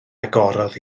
agorodd